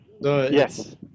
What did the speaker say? Yes